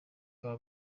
buba